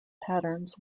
patterns